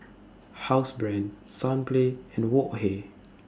Housebrand Sunplay and Wok Hey